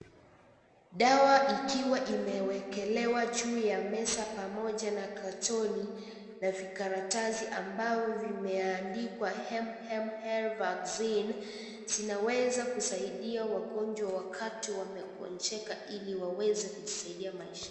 Dawa ikiwa imeekelewa juu ya meza pamoja na katoni na vikaratasi ambayo imeandikwa MMR vaccine , zinaweza kusaidia wagonjwa wakati wamegonjeka ili waweze kujisaidia maisha.